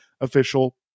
official